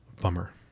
bummer